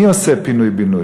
מי עושה פינוי-בינוי?